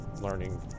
learning